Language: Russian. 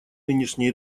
нынешний